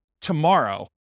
tomorrow